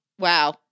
Wow